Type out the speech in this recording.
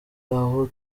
aho